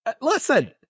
listen